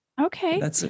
Okay